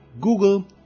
Google